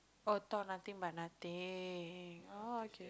oh thought nothing but nothing oh okay